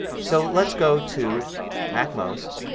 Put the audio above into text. so let's go to macmost